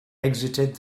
exited